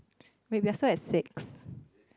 wait we are still at six